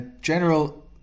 general